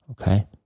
Okay